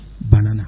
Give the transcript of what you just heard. banana